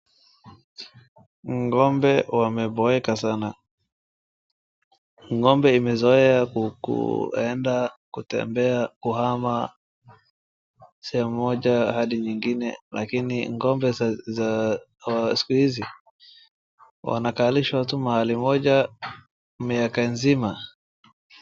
Ngombe wameboeka sana, ngombe imezoea kuenda kutembea, kuhama sehemu moja hadi nyingine lakini ngombe wa siku hizi wanakalishwa tu mahali moja miaka nzima.